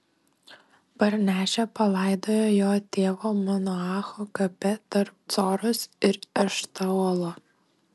parnešę palaidojo jo tėvo manoacho kape tarp coros ir eštaolo